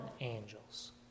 angels